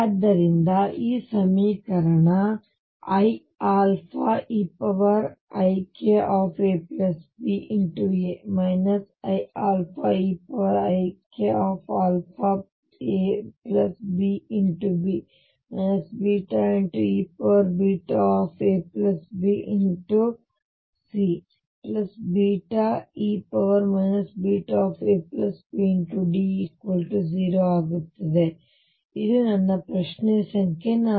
ಆದ್ದರಿಂದ ಈ ಸಮೀಕರಣವು ಈಗ iαeikabA iαeikabB eabCe βabD0 ಆಗುತ್ತದೆ ಇದು ನನ್ನ ಪ್ರಶ್ನೆ ಸಂಖ್ಯೆ 4